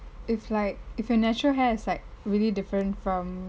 if like if your natural hair is like really different from